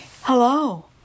Hello